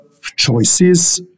choices